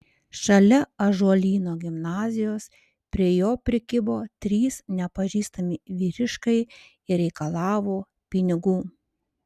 šalia ąžuolyno gimnazijos prie jo prikibo trys nepažįstami vyriškai ir reikalavo pinigų